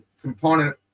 component